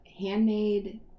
handmade